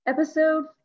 Episode